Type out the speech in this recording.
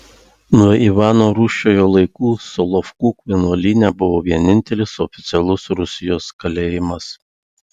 nuo ivano rūsčiojo laikų solovkų vienuolyne buvo vienintelis oficialus rusijos kalėjimas